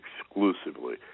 exclusively